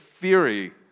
theory